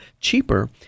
cheaper